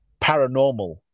paranormal